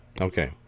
okay